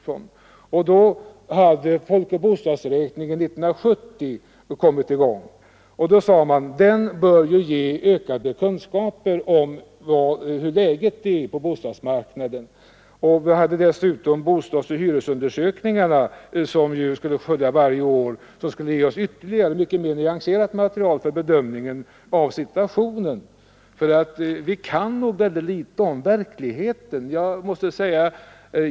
Folkoch bostadsräkningen år 1970 hade kommit i gång och man sade: Den bör ju ge ökade kunskaper om läget på bostadsmarknaden. Dessutom hade man bostadsoch hyresundersökningarna, som skulle följa varje år och ge ytterligare mycket mer nyanserat material för bedömningen av situationen. Vi vet nämligen väldigt litet om verkligheten omkring oss.